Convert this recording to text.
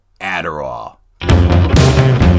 adderall